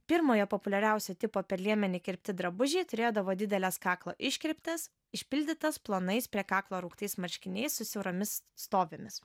pirmojo populiariausio tipo per liemenį kirpti drabužiai turėdavo dideles kaklo iškreiptas išpildytas plonais prie kaklo rauktais marškiniais su siauromis stovėmis